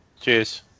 Cheers